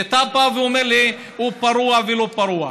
ואתה בא ואומר לי, הוא פרוע ולא פרוע.